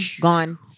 gone